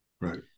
Right